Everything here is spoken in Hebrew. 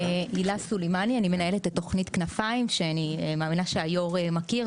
אני מנהלת את תוכנית כנפיים שאני מאמינה שהיו"ר מכיר,